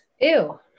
Ew